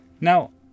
Now